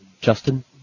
Justin